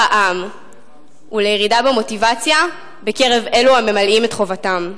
העם ולירידה במוטיבציה בקרב אלו הממלאים את חובתם.